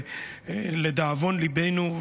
ולדאבון ליבנו,